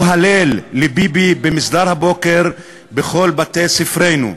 הלל לביבי במסדר הבוקר בכל בתי-ספרנו,